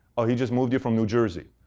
oh, he just moved here from new jersey.